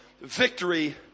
victory